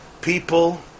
people